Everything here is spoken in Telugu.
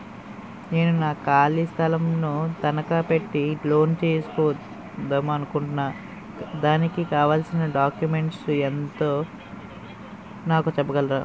నేను నా ఖాళీ స్థలం ను తనకా పెట్టి లోన్ తీసుకుందాం అనుకుంటున్నా దానికి కావాల్సిన డాక్యుమెంట్స్ ఏంటో నాకు చెప్పగలరా?